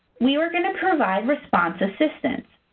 we're going to provide response assistance,